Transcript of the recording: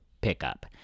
pickup